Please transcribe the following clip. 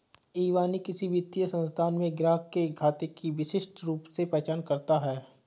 इबानी किसी वित्तीय संस्थान में ग्राहक के खाते की विशिष्ट रूप से पहचान करता है